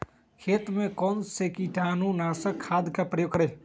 खेत में कौन से कीटाणु नाशक खाद का प्रयोग करें?